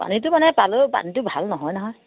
পানীটো মানে পালেও পানীটো ভাল নহয় নহয়